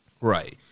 right